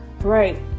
right